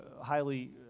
highly